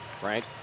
Frank